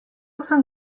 sem